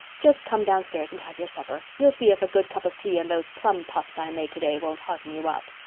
just come downstairs and have your supper. you'll see if a good cup of tea and those plum puffs i made today won't hearten you up.